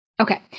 Okay